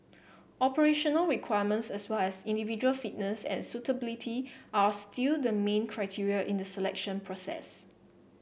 operational requirements as well as individual fitness and suitability are still the main criteria in the selection process